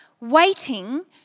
waiting